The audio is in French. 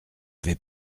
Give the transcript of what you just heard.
vais